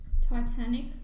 Titanic